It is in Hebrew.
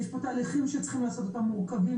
יש פה תהליכים שצריכים לעשות אותם מורכבים